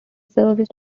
serviced